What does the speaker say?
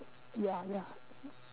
ya ya